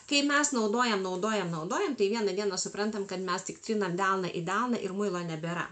kai mes naudojam naudojam naudojam tai vieną dieną suprantam kad mes tik trinam delną į delną ir muilo nebėra